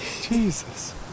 Jesus